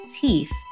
teeth